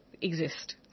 exist